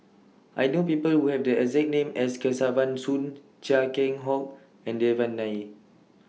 I know People Who Have The exact name as Kesavan Soon Chia Keng Hock and Devan Nair